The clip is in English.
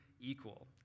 equal